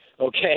Okay